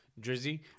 Drizzy